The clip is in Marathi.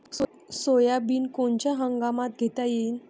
सोयाबिन कोनच्या हंगामात घेता येईन?